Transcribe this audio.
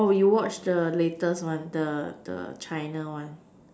you watched the latest one the the China one